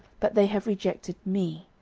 but they have rejected me,